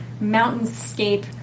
mountainscape